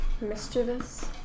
Mischievous